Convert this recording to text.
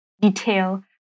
detail